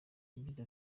yagize